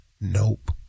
Nope